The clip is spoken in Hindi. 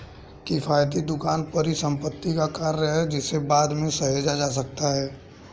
किफ़ायती दुकान परिसंपत्ति का कार्य है जिसे बाद में सहेजा जा सकता है